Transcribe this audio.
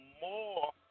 more